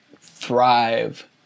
thrive